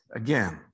again